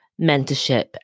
mentorship